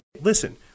listen